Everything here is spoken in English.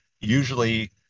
usually